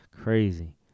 Crazy